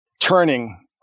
turning